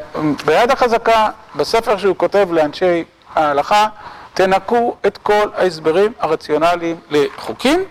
- ביד החזקה, בספר שהוא כותב לאנשי ההלכה, תנקו את כל ההסברים הרציונליים לחוקים.